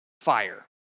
fire